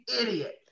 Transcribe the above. idiot